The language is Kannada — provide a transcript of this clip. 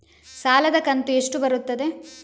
ಸಾಲದ ಕಂತು ಎಷ್ಟು ಬರುತ್ತದೆ?